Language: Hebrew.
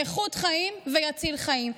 איכות חיים ויציל חיים.